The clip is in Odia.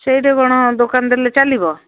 ସେଇଠି କ'ଣ ଦୋକାନ ଦେଲେ ଚାଲିବ